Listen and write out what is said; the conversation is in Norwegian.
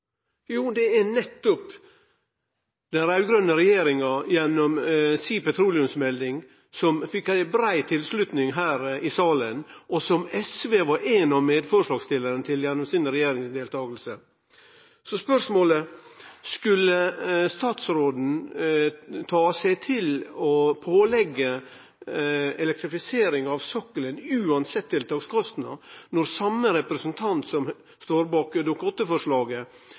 Jo, det er nettopp den raud-grøne regjeringa, gjennom deira petroleumsmelding, som fekk brei tilslutning her i salen, og som SV var ein av forslagsstillarane til gjennom si regjeringsdeltaking. Spørsmålet er: Skulle statsråden ta seg til å pålegge elektrifisering av sokkelen uansett tiltakskostnad, når same representant som står bak